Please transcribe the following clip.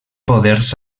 poders